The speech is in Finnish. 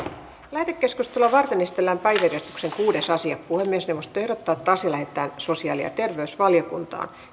lähetekeskustelua varten esitellään päiväjärjestyksen kuudes asia puhemiesneuvosto ehdottaa että asia lähetetään sosiaali ja terveysvaliokuntaan